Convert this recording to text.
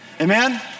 Amen